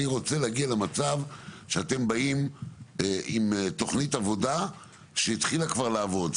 אני רוצה להגיע למצב שאתם באים עם תוכנית עבודה שהתחילה כבר לעבוד,